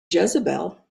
jezebel